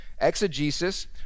exegesis